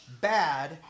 bad